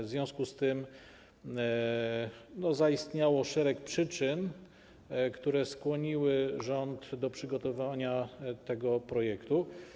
W związku z tym zaistniało szereg przyczyn, które skłoniły rząd do przygotowania tego projektu.